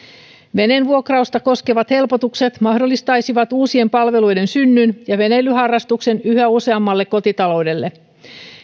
veneen vuokrausta koskevat helpotukset mahdollistaisivat uusien palveluiden synnyn ja veneilyharrastuksen yhä useammalle kotitaloudelle